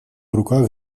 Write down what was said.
руках